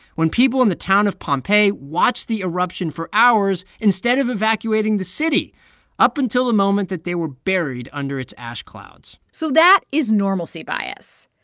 when people in the town of pompeii watched the eruption for hours instead of evacuating the city up until the moment that they were buried under its ash clouds so that is normalcy bias.